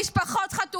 -- ומדממות, רק כי הן לא